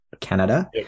canada